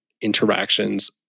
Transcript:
interactions